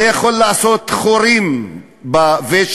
זה יכול לעשות חורים בוושט,